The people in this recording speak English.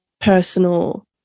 personal